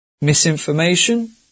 misinformation